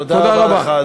תודה רבה.